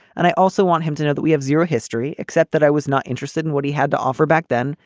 and i also want him to know that we have zero history, except that i was not interested in what he had to offer back then,